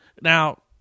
Now